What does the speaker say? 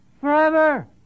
forever